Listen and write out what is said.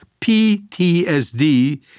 PTSD